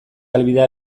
helbidea